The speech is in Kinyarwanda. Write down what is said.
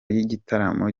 yigitaramo